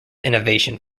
innovation